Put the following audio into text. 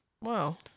Wow